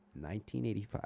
1985